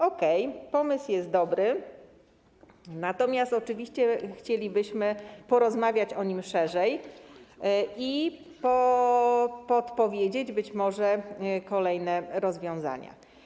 Okej, pomysł jest dobry, natomiast oczywiście chcielibyśmy porozmawiać o nim szerzej i być może podpowiedzieć kolejne rozwiązania.